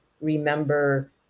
remember